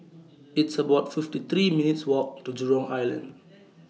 It's about fifty three minutes' Walk to Jurong Island